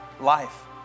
life